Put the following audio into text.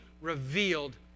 revealed